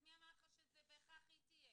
מי אמר לך שבהכרח היא תהיה?